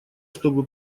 чтобы